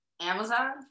Amazon